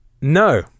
No